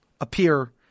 appear